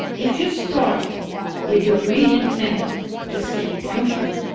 if you start with your real intent to say, thank you